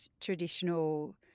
traditional